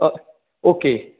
हय ओके